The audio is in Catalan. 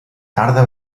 tarda